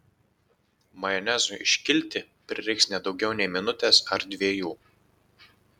majonezui iškilti prireiks ne daugiau nei minutės ar dviejų